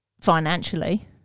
financially